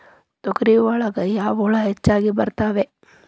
ತೊಗರಿ ಒಳಗ ಯಾವ ಹುಳ ಹೆಚ್ಚಾಗಿ ಬರ್ತವೆ?